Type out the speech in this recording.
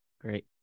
Great